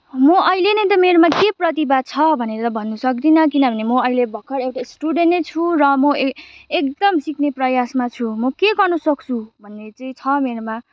म अहिले नै त मेरोमा केही प्रतिभा छ भनेर भन्नु सक्दिनँ किनभने म अहिले भर्खर एउटा स्टुडन्टै छु र म एकदम सिक्ने प्रयासमा छु म के गर्न सक्छु भन्ने चाहिँ छ मेरोमा